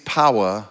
power